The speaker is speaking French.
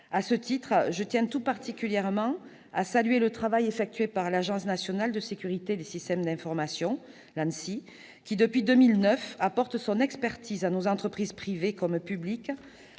À ce titre, je tiens tout particulièrement à saluer le travail effectué par l'Agence nationale de la sécurité des systèmes d'information, l'ANSSI, laquelle, depuis 2009, apporte son expertise à nos entreprises privées comme publiques,